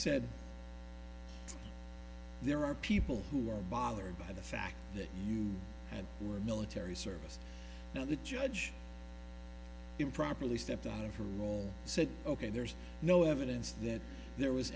said there are people who are bothered by the fact that you and your military service now the judge improperly stepped out of her role said ok there's no evidence that there was